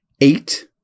eight